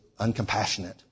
uncompassionate